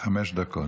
חמש דקות.